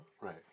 Right